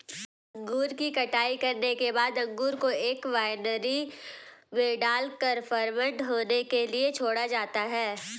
अंगूर की कटाई करने के बाद अंगूर को एक वायनरी में डालकर फर्मेंट होने के लिए छोड़ा जाता है